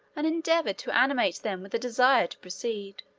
and endeavored to animate them with a desire to proceed.